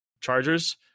Chargers